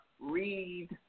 read